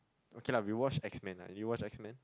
okay lah we watched X Men lah do you watch X Men